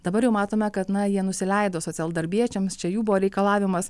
dabar jau matome kad na jie nusileido socialdarbiečiams čia jų buvo reikalavimas